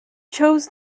chose